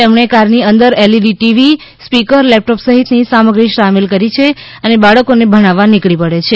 તેમણે કારની અંદર એલઈડી ટીવી સ્પીકર લેપટોપ સહિતની સામગ્રી સામેલ કરી છે અને બાળકોને ભણાવવા નીકળી પડે છે